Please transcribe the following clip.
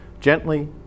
gently